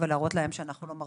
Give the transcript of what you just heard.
כמו ששמענו מהן,